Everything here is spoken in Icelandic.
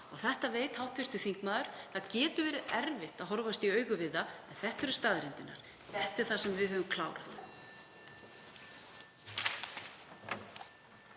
Þetta veit hv. þingmaður. Það getur verið erfitt að horfast í augu við það, en þetta eru staðreyndirnar. Þetta er það sem við höfum klárað.